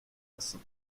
lassen